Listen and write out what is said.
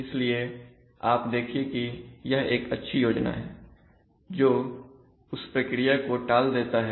इसलिए आप देखिए कि यह एक अच्छी योजना है जो उस प्रक्रिया को टाल देता है